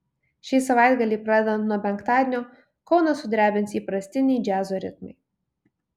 šį savaitgalį pradedant nuo penktadienio kauną sudrebins įprastiniai džiazo ritmai